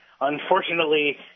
unfortunately